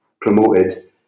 promoted